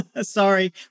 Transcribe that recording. Sorry